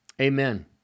Amen